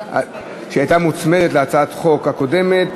שהייתה מוצמדת להצעת החוק הקודמת.